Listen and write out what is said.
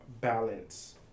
balance